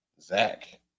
Zach